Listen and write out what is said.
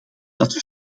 dat